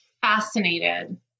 fascinated